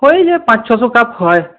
হয়ে যায় পাঁচ ছশো কাপ হয়